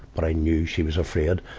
but i knew she was afraid.